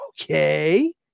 Okay